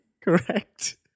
Correct